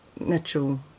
Natural